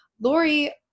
Lori